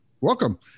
welcome